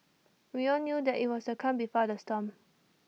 we all knew that IT was the calm before the storm